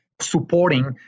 supporting